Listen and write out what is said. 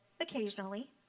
occasionally